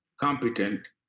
competent